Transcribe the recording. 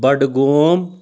Budgam